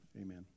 amen